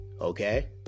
Okay